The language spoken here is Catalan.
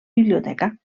biblioteca